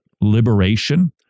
liberation